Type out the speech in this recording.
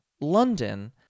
london